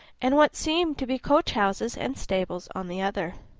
and what seemed to be coach-houses and stables on the other.